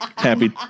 Happy